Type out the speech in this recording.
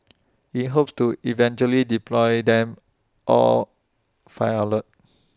IT hopes to eventually deploy them all five outlets